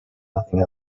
nothing